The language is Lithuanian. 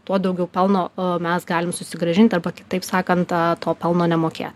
tuo daugiau pelno o mes galim susigrąžint arba kitaip sakant tą to pelno nemokėt